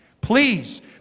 Please